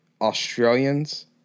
Australians